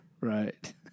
right